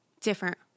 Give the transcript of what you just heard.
different